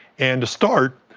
and to start,